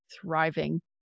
thriving